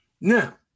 Now